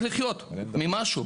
לחיות ממשהו.